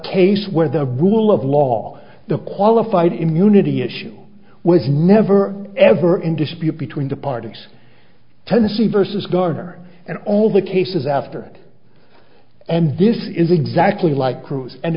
case where the rule of law the qualified immunity issue was never ever in dispute between the parties tennessee versus gardner and all the cases after and this is exactly like cruise and